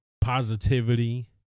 positivity